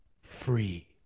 free